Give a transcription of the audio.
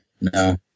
no